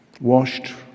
washed